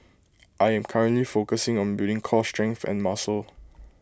I am currently focusing on building core strength and muscle